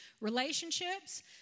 relationships